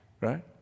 right